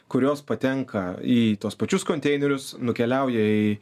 kurios patenka į tuos pačius konteinerius nukeliauja į